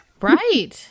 Right